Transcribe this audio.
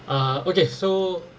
uh okay so